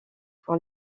pour